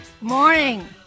Morning